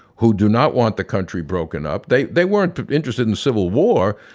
who do not want the country broken up. they they weren't interested in civil war,